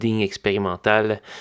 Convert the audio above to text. expérimental